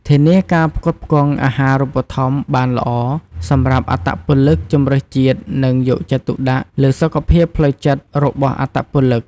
ធានាការផ្គត់ផ្គង់អាហារូបត្ថម្ភបានល្អសម្រាប់អត្តពលិកជម្រើសជាតិនឹងយកចិត្តទុកដាក់លើសុខភាពផ្លូវចិត្តរបស់អត្តពលិក។